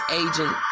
agent